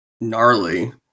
gnarly